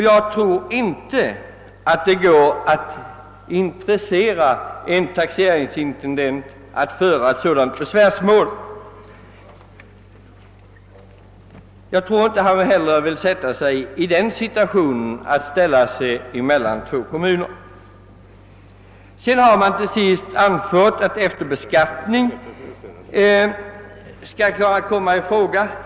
Jag tror inte att det är möjligt att intressera taxeringsintendenten att föra sådan besvärstalan; han vill säkert inte ställa sig i den situationen att han hamnar i konflikter mellan två kommuner. Utskottet har dessutom anfört att efterbeskattning skall kunna komma i fråga.